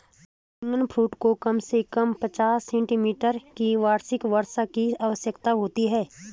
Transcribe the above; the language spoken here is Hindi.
ड्रैगन फ्रूट को कम से कम पचास सेंटीमीटर की वार्षिक वर्षा की आवश्यकता होती है